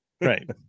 right